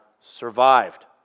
survived